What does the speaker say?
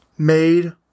Made